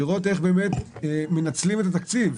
לראות איך מנצלים את התקציב.